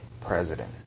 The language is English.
president